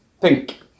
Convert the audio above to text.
pink